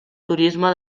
turisme